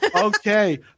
Okay